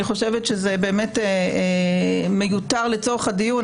זה באמת מיותר לצורך הדיון,